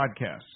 podcasts